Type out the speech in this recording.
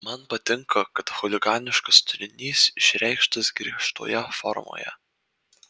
man patinka kad chuliganiškas turinys išreikštas griežtoje formoje